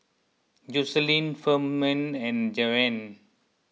Jocelynn Firman and Van